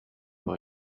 for